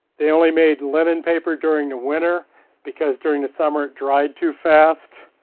they only made linen paper during the winter because during the summer it dried too fast.